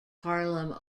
harlem